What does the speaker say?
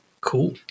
Cool